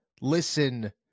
Listen